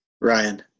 Ryan